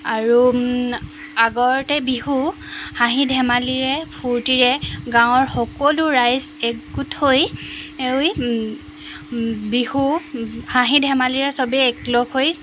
আৰু আগৰতে বিহু হাঁহি ধেমালিৰে ফূৰ্তিৰে গাঁৱৰ সকলো ৰাইজ একগোট হৈ হৈ বিহু হাঁহি ধেমালিৰে চবেই একলগ হৈ